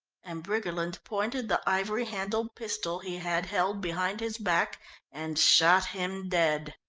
and briggerland pointed the ivory-handled pistol he had held behind his back and shot him dead.